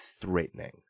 threatening